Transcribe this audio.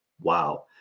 wow